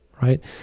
right